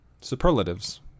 superlatives